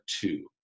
two